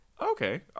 Okay